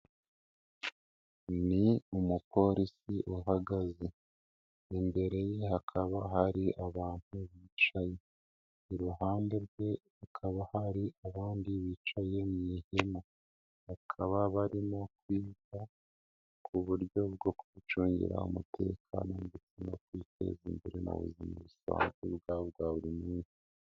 Ni umupolisi uhagaze, imbere ye hakaba hari abantu bicay,e iruhande rwe hakaba hari abandi bicaye mu ihema, bakaba barimo kwibuka ku buryo bwo kwicungira umutekano ndetse no kwiteza imbere mu buzima busanzwe bwabo bwa buri munsi.